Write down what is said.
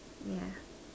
yeah